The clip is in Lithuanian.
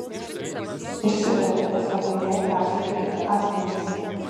išsitarė esą tai jai persakę kiti asmenys